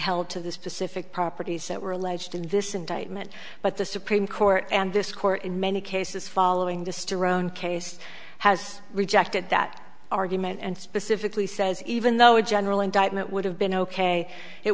held to the specific properties that were alleged in this indictment but the supreme court and this court in many cases following distance rhone case has rejected that argument and specifically says even though a general indictment would have been ok it